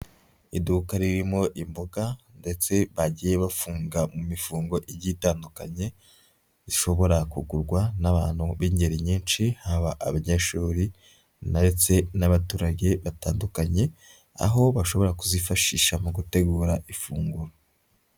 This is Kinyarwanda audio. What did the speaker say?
Iduka ririmo imboga ndetse bagiye bafunga mu mifungo igiye itandukanye, ishobora kugurwa n'abantu b'ingeri nyinshi, haba abanyeshuri ndetse n'abaturage batandukanye, aho bashobora kuzifashisha mu gutegura ifunguro.